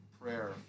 prayer